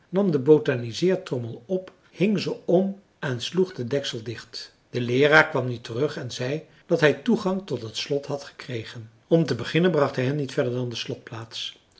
nam de botaniseertrommel op hing ze om en sloeg den deksel dicht de leeraar kwam nu terug en zei dat hij toegang tot het slot had gekregen om te beginnen bracht hij hen niet verder dan de